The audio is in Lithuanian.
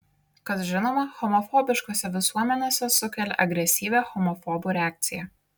kas žinoma homofobiškose visuomenėse sukelia agresyvią homofobų reakciją